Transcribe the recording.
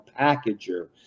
packager